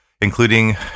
including